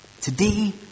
today